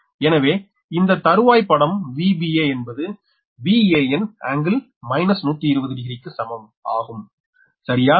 எனவே இந்த தருவாய் படம் மூலம் Vba என்பது Van∟ 120° க்கு சமம் ஆகும் சரியா